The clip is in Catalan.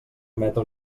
emeta